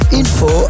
info